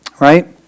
Right